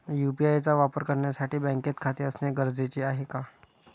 UPI चा वापर करण्यासाठी बँकेत खाते असणे गरजेचे आहे का?